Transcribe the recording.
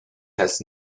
has